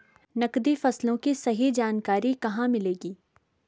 नकदी फसलों की सही जानकारी कहाँ मिलेगी?